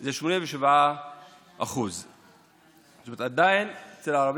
זה 87%. זאת אומרת, עדיין אצל הערבים